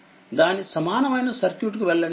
దాని సమానమైన సర్క్యూట్ కు వెళ్ళండి